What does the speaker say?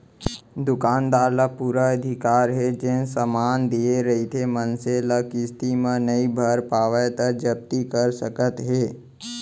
दुकानदार ल पुरा अधिकार हे जेन समान देय रहिथे मनसे ल किस्ती म नइ भर पावय त जब्ती कर सकत हे